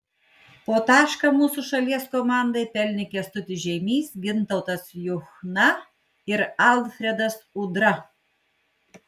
po tašką mūsų šalies komandai pelnė kęstutis žeimys gintautas juchna ir alfredas udra